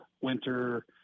Winter